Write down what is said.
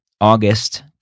August